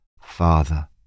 Father